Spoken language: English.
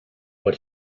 what